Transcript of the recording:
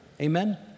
Amen